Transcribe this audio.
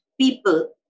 people